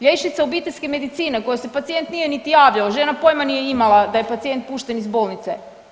Liječnica obiteljske medicine kojoj se pacijent nije niti javljao, žena pojma nije imala da je pacijent pušten iz bolnice.